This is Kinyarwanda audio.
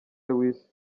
lewis